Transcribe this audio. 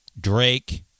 Drake